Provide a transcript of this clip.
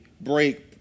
break